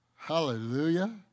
Hallelujah